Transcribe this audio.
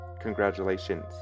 Congratulations